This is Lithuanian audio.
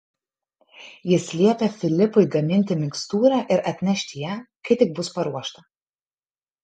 jis liepė filipui gaminti mikstūrą ir atnešti ją kai tik bus paruošta